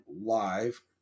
live